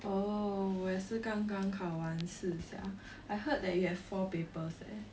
oh 我也是刚刚考完试 sia I heard that you have four papers leh